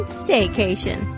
staycation